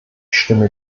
stimme